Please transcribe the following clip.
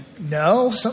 no